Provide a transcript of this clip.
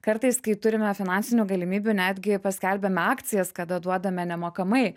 kartais kai turime finansinių galimybių netgi paskelbiame akcijas kada duodame nemokamai